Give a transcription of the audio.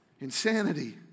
insanity